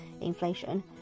inflation